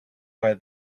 where